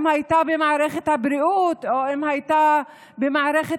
אם הייתה במערכת הבריאות או אם הייתה במערכת